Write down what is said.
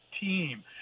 team